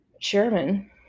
chairman